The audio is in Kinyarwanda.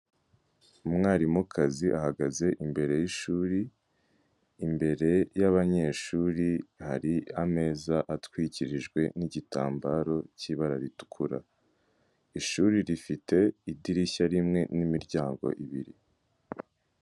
Umwarimukazi ahagaze imbere y'ishuri imbere y'abanyeshuri hari ameza atwikirijwe n'igitambaro cy'ibara ritukura ishuri rifite idirishya rimwe n'imiryango ibiri.